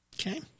Okay